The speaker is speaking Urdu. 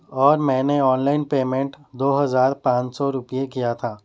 اور میں نے آن لائن پیمینٹ دو ہزار پانچ سو روپئے کیا تھاَ